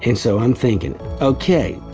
and so i'm thinking ok,